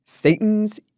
Satan's